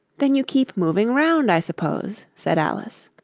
then you keep moving round, i suppose said alice.